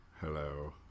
Hello